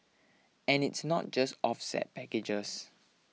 and it's not just offset packages